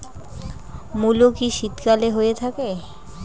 মূলো কি শীতকালে হয়ে থাকে?